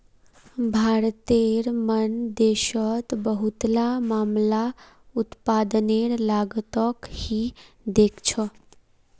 भारतेर मन देशोंत बहुतला मामला उत्पादनेर लागतक ही देखछो